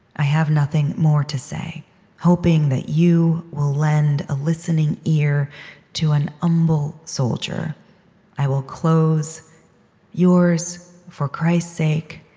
i have nothing more to say hoping that you will lend a listening ear to an umble soldier i will close yours for christs sake